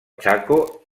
chaco